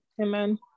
Amen